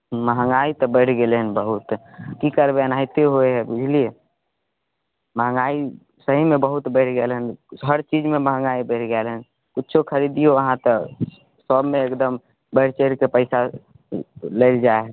महँगाइ तऽ बढ़ि गेलै हन बहुत की करबै एनाहिते होइ हय बुझलियै महँगाइ सहीमे बहुत बढ़ि गेल हन हर चीजमे महँगाइ बढ़ि गेल हन कुछो खरीदियौ अहाँ तऽ सभमे एकदम बढ़ि चढ़िके पैसा लै जाइ हय